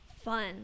fun